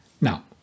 now